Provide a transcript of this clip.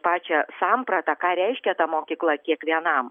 pačią sampratą ką reiškia ta mokykla kiekvienam